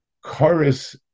chorus